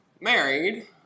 married